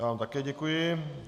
Já vám také děkuji.